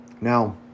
Now